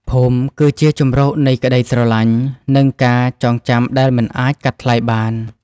ភូមិគឺជាជម្រកនៃក្ដីស្រឡាញ់ និងការចងចាំដែលមិនអាចកាត់ថ្លៃបាន។